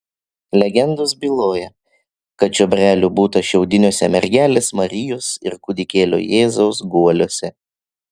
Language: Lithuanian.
legendos byloja kad čiobrelių būta šiaudiniuose mergelės marijos ir kūdikėlio jėzaus guoliuose